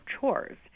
chores